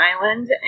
Island